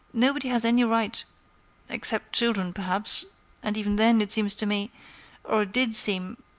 nobody has any right except children, perhaps and even then, it seems to me or it did seem